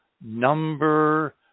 number